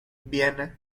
viena